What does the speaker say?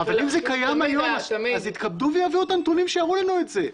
אבל אם זה קיים היום אז יתכבדו ויביאו את הנתונים שיראו לנו את זה.